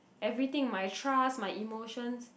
everything my trust my emotions